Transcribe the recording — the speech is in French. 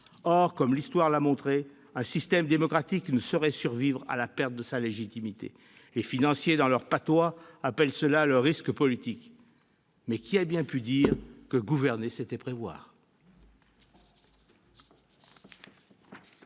Or, comme l'histoire l'a montré, un système démocratique ne saurait survivre à la perte de sa légitimité. Les financiers, dans leur patois, appellent cela le « risque politique ». Mais qui a bien pu dire que gouverner, c'était prévoir ?